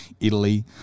Italy